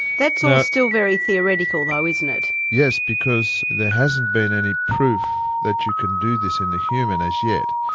that's all still very theoretical though, isn't it? yes, because there hasn't been any proof that you can do this in the human as yet,